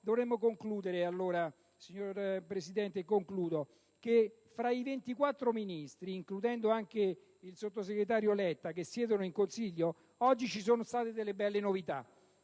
dovremmo concludere, signor Presidente? Che fra i 24 Ministri (includendo anche il sottosegretario Letta) che siedono in Consiglio, oggi ci sono state delle belle novità: